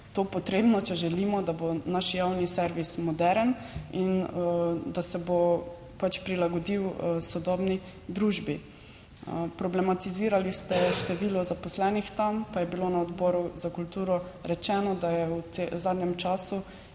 to potrebno, če želimo, da bo naš javni servis moderen in da se bo pač prilagodil sodobni družbi. Problematizirali ste število zaposlenih tam, pa je bilo na Odboru za kulturo rečeno, da je v zadnjem času